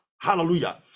Hallelujah